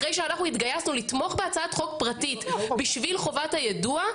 אחרי שאנחנו התגייסנו לתמוך בהצעת חוק פרטית בשביל חובת היידוע,